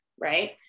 right